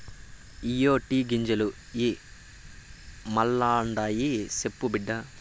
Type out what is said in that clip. ఇయ్యే టీ గింజలు ఇ మల్పండాయి, సెప్పు బిడ్డా